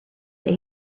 that